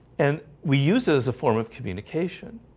and we use it as a form of communication